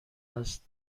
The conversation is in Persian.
است